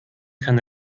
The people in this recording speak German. kann